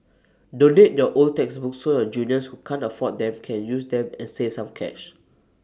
donate your old textbooks so your juniors who can't afford them can use them and save some cash